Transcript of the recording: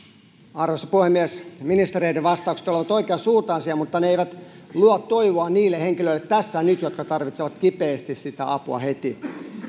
arvoisa puhemies ministereiden vastaukset ovat oikeansuuntaisia mutta ne eivät luo toivoa niille henkilöille tässä ja nyt jotka tarvitsevat kipeästi sitä apua heti